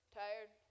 tired